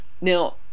Now